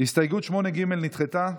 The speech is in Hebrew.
הסתייגות 8 ג' נדחתה.